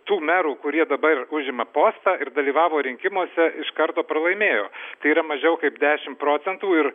tų merų kurie dabar užima postą ir dalyvavo rinkimuose iš karto pralaimėjo tai yra mažiau kaip dešim procentų ir